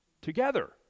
together